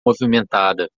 movimentada